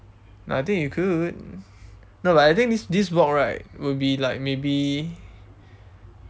no I think you could no but I think this this block right will be like maybe